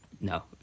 no